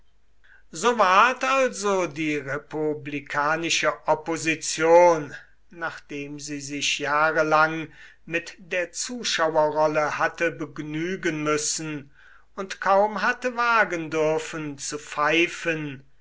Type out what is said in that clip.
so ward also die republikanische opposition nachdem sie sich jahre lang mit der zuschauerrolle hatte begnügen müssen und kaum hatte wagen dürfen zu pfeifen